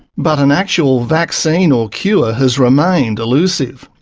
but an actual vaccine or cure has remained elusive.